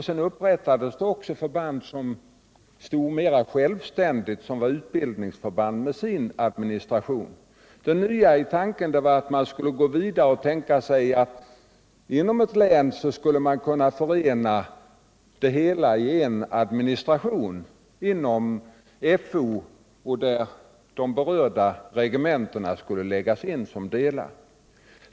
Sedan kvarstod kanske ett förband som stod mera självständigt, som var ett utbildningsförband med sin administration. Det nya som FFU föreslog var att man skulle kunna gå vidare och tänka sig att inom ett län förena allt i en administration inom Fo, där de berörda regementena skulle ingå som delar.